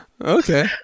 Okay